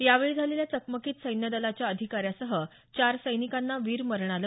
यावेळी झालेल्या चकमकीत सैन्यदलाच्या अधिकाऱ्यासह चार सैनिकांना वीरमरण आलं